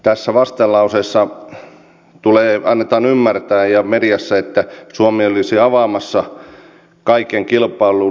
tässä vastalauseessa ja mediassa annetaan ymmärtää että suomi olisi avaamassa kaiken kilpailun